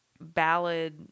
ballad